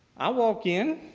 i walk in,